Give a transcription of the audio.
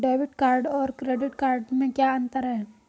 Debit card और credit card में क्या अंतर है?